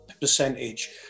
percentage